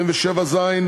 27(ז),